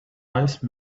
wise